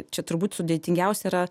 čia turbūt sudėtingiausia yra